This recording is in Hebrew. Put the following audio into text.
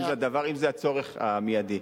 אם זה הצורך המיידי.